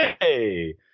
hey